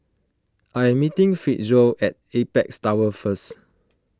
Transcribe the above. I am meeting Fitzhugh at Apex Tower first